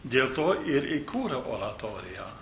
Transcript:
dėl to ir įkūrė oratoriją